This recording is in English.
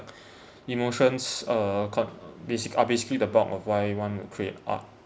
emotions uh called basic~ are basically the bulk of why one would create art